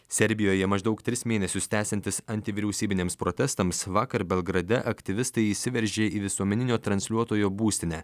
serbijoje maždaug tris mėnesius tęsiantis antivyriausybiniams protestams vakar belgrade aktyvistai įsiveržė į visuomeninio transliuotojo būstinę